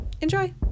Enjoy